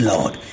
Lord